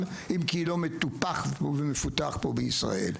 אם כי לא מטופח ומפותח פה בישראל.